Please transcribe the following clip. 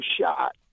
shot